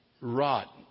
rot